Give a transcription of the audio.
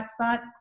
hotspots